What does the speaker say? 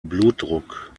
blutdruck